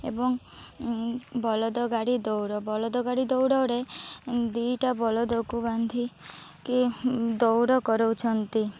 ଏବଂ ବଳଦ ଗାଡ଼ି ଦୌଡ଼ ବଳଦ ଗାଡ଼ି ଦୌଡ଼ରେ ଦୁଇଟା ବଳଦକୁ ବାନ୍ଧିକି ଦୌଡ଼ କରାଉଛନ୍ତି